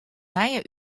nije